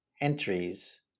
entries